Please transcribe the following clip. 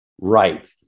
Right